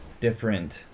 different